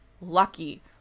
lucky